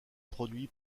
produit